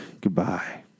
Goodbye